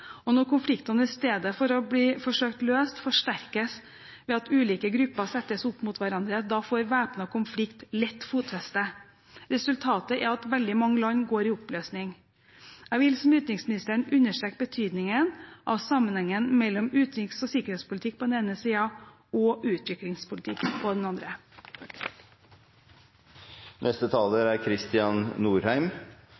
Og når konfliktene i stedet for å bli forsøkt løst forsterkes ved at ulike grupper settes opp mot hverandre, får væpnet konflikt lett fotfeste. Resultatet er at veldig mange land går i oppløsning. Jeg vil, som utenriksministeren, understreke betydningen av sammenhengen mellom utenriks- og sikkerhetspolitikk på den ene siden og utviklingspolitikk på den andre.